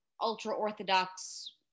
ultra-orthodox